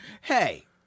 Hey